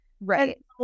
Right